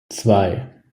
zwei